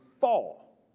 fall